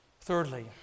Thirdly